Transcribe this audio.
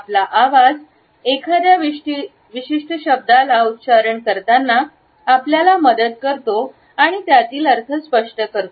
आपला आवाज एखाद्या विशिष्ट शब्दाला उच्चारण करताना आपल्याला मदत करतो आणि त्यातील अर्थ स्पष्ट करतो